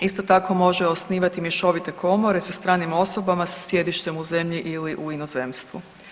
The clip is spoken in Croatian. Isto tako može osnivati mješovite komore sa stranim osobama sa sjedištem u zemlji ili u inozemstvu.